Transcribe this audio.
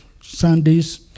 Sundays